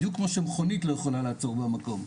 בדיוק כמו שמכונית לא יכולה לעצור במקום.